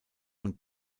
und